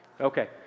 Okay